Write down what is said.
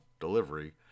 delivery